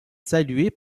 saluée